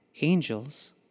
angels